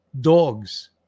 dogs